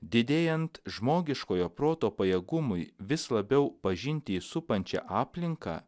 didėjant žmogiškojo proto pajėgumui vis labiau pažinti supančią aplinką